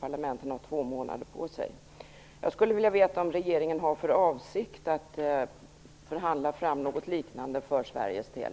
Parlamenten har två månader på sig för detta. Har regeringen för avsikt att förhandla fram något liknande för Sveriges del?